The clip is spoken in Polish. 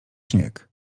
śnieg